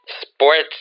sports